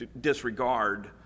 disregard